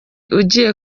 ugiye